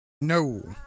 no